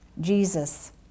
Jesus